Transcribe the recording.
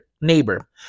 neighbor